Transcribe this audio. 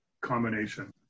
combination